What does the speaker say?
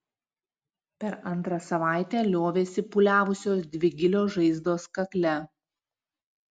per antrą savaitę liovėsi pūliavusios dvi gilios žaizdos kakle